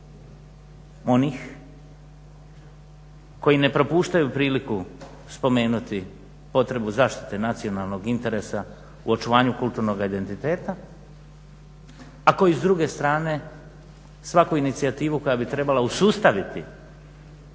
onih koji ne propuštaju priliku spomenuti potrebu zaštite nacionalnog interesa u očuvanju kulturnog identiteta, a koji s druge strane svaku inicijativu koja bi trebala usustaviti